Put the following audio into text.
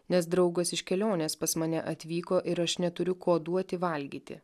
nes draugas iš kelionės pas mane atvyko ir aš neturiu ko duoti valgyti